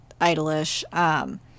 idolish